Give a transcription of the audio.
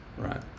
Right